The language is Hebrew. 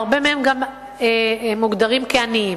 הרבה מהם גם מוגדרים כעניים